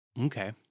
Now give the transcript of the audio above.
Okay